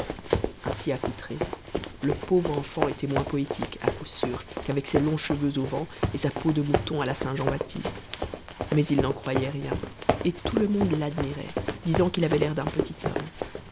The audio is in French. ainsi accoutré le pauvre enfant était moins poétique à coup sûr qu'avec ses longs cheveux au vent et sa peau de mouton à la saint jean-baptiste mais il n'en croyait rien et tout le monde l'admirait disant qu'il avait l'air d'un petit homme